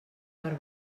per